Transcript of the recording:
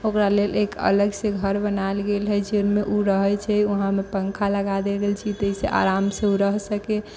ओकरा लेल एक अलग से घर बनाएल गेल है जिनमे मे ओ रहै छै वहाँमे पंखा लगा देल गेल छै ताहि से आराम से ओ रह सकै